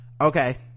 okay